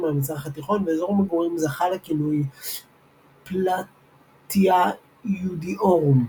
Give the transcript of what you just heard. מהמזרח התיכון ואזור מגורים זכה לכינוי "פלאטיאה יודיאורום".